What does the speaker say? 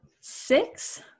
Six